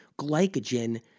glycogen